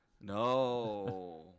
No